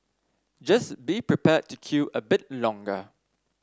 just be prepared to queue a bit longer